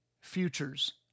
futures